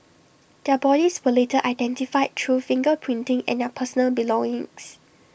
their bodies were later identified through finger printing and their personal belongings